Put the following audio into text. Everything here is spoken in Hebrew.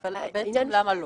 אבל למה לא?